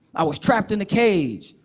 i was trapped in a cage,